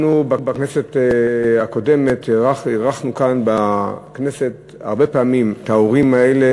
אנחנו בכנסת הקודמת אירחנו כאן הרבה פעמים את ההורים האלה